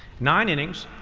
nine innings,